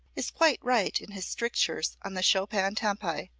is quite right in his strictures on the chopin tempi,